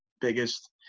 biggest